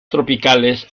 tropicales